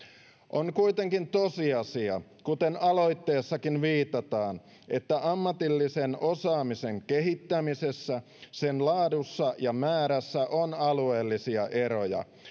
on kuitenkin tosiasia kuten aloitteessakin viitataan että ammatillisen osaamisen kehittämisessä sen laadussa ja määrässä on alueellisia eroja